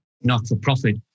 not-for-profit